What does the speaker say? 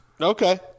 Okay